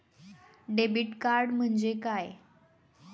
Debit card म्हणजे काय?